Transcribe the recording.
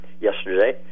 yesterday